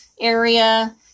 area